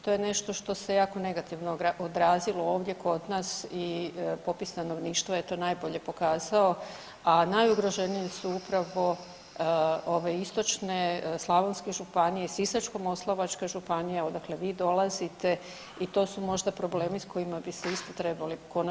To je nešto što se jako negativno odrazilo ovdje kod nas i popis stanovništva je to najbolje pokazao, a najugroženiji su upravo ove istočne slavonske županije, Sisačko-moslavačka županija odakle vi dolazite i to su možda problemi s kojima bi se isto trebali konačno suočiti.